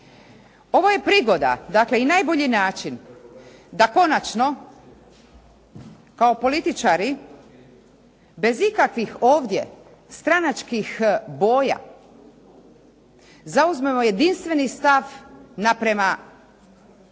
Ovo je prigoda, dakle i najbolji način da konačno kao političari bez ikakvih ovdje stranačkih boja zauzmemo jedinstveni stav naprama trećoj